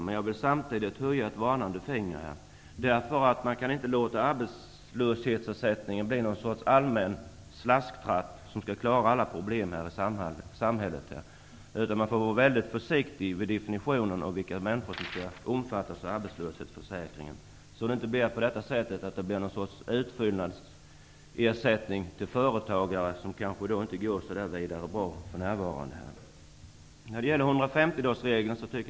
Men jag vill samtidigt höja ett varnande finger för att låta arbetslöshetsersättningen bli någon sorts allmän slasktratt som skall klara alla problem i samhället. Man måste vara försiktig med definitionen av vilka människor som skall omfattas av arbetslöshetsförsäkringen. Det får inte bli någon sorts utfyllnadsersättning till företagare som för närvarande inte är så särskilt framgångsrika.